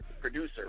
producer